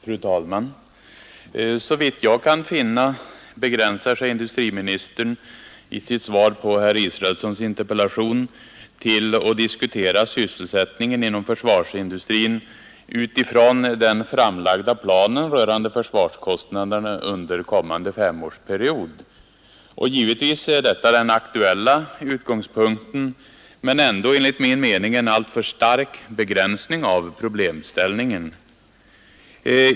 Fru talman! Såvitt jag kan finna begränsar sig industriministern i sitt svar på herr Israelssons interpellation till att diskutera sysselsättningen inom försvarsindustrin utifrån den framlagda planen rörande försvarskostnaderna under kommande femårsperiod. Givetvis är detta den aktuella utgångspunkten, men det är ändå enligt min mening en alltför stark begränsning av problemställningen.